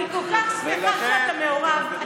אני כל כך שמחה שאתה מעורב.